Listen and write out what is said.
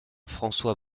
françois